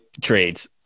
trades